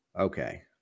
Okay